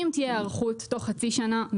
אם תהיה היערכות מלאה תוך חצי שנה,